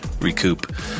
recoup